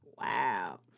Wow